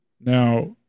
Now